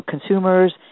consumers